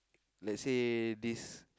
like say this